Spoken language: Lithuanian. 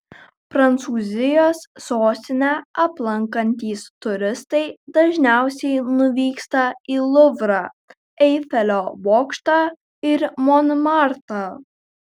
prancūzijos sostinę aplankantys turistai dažniausiai nuvyksta į luvrą eifelio bokštą ir monmartrą